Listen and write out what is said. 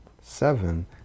seven